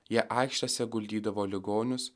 jie aikštėse guldydavo ligonius